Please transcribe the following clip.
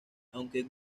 aunque